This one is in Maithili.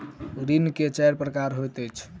ऋण के चाइर प्रकार होइत अछि